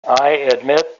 admit